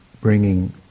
bringing